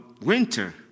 winter